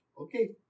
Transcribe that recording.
okay